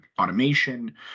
automation